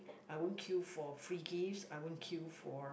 I won't queue for free gifts I won't queue for